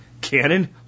Cannon